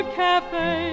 cafe